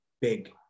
big